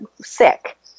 sick